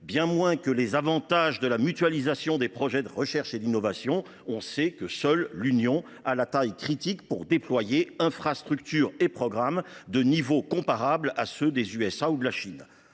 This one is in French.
bien moins que les avantages de la mutualisation des projets de recherche et d’innovation – on sait que seule l’Union européenne a la taille critique pour déployer des infrastructures et des programmes de niveaux comparables à ceux des États Unis ou de la Chine